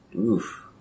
Oof